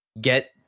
Get